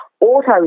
auto